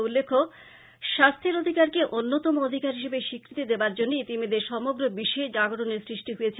উল্লেখ্য স্বাস্থের অধিকারকে অন্যতম অধিকার হিসেবে স্বীকৃতি দেবার জন্য ইতিমধ্যে সমগ্র বিশ্বে জাগরনের সৃষ্টি হয়েছে